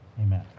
Amen